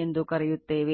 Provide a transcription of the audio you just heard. ಎಂದು ಕರೆಯುತ್ತೇವೆ